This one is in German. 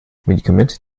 medikamente